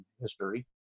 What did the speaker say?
history